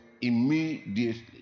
Immediately